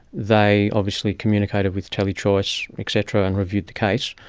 they obviously communicated with telechoice et cetera and reviewed the case.